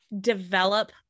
develop